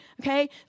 Okay